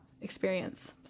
experience